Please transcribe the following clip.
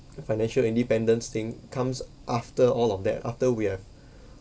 financial independence thing comes after all of that after we have